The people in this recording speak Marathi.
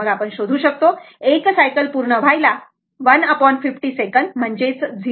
मग आपण शोधू शकतो 1 सायकल पूर्ण व्हायला 150 सेकंद म्हणजे 0